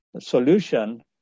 solution